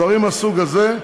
דברים מהסוג הזה.